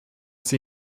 sie